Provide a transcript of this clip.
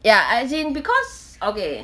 ya as in because okay